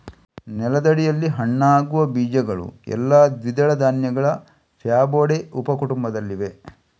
ನೆಲದಡಿಯಲ್ಲಿ ಹಣ್ಣಾಗುವ ಬೀಜಗಳು ಎಲ್ಲಾ ದ್ವಿದಳ ಧಾನ್ಯಗಳ ಫ್ಯಾಬೊಡೆ ಉಪ ಕುಟುಂಬದಲ್ಲಿವೆ